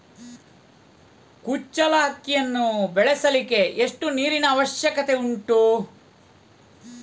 ಕುಚ್ಚಲಕ್ಕಿಯನ್ನು ಬೆಳೆಸಲಿಕ್ಕೆ ಎಷ್ಟು ನೀರಿನ ಅವಶ್ಯಕತೆ ಉಂಟು?